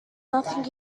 nothing